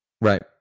Right